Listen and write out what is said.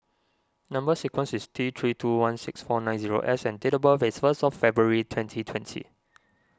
Number Sequence is T three two one six four nine zero S and date of birth is first February twenty twenty